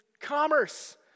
commerce